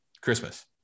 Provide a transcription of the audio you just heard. christmas